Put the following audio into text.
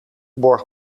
borg